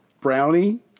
Brownie